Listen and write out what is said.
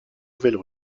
nouvelle